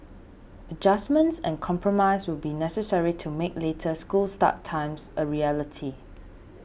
adjustments and compromise will be necessary to make later school start times a reality